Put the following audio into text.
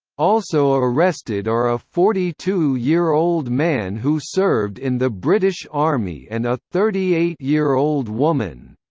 also arrested are a forty two year old man who served in the british army and a thirty eight year old woman.